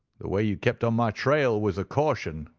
the way you kept on my trail was a caution.